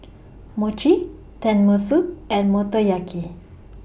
Mochi Tenmusu and Motoyaki